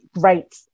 great